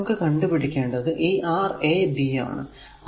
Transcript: ഇതിൽ നമുക്ക് കണ്ടു പിടിക്കേണ്ടത് ഈ Rab ആണ്